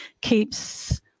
keeps